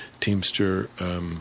teamster